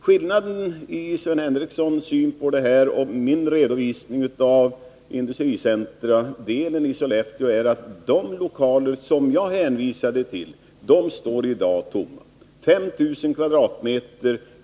Skillnaden mellan Sven Henricssons syn på detta och min redovisning av industricentradelen i Sollefteå är att de lokaler som jag hänvisade till i dag står tomma — 5 000 m?